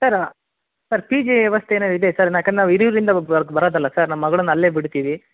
sir sir P G ವ್ಯವಸ್ಥೆ ಏನು ಇದೇ ಸರ್ ಯಾಕಂದರೆ ನಾವು ಹಿರಿಯೂರಿಂದ ಬರೋದಲ್ಲಾ ಸರ್ ನಮ್ಮ ಮಗಳನ್ನು ಅಲ್ಲೇ ಬಿಡ್ತೀವಿ